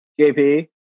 JP